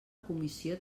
comissió